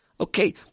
Okay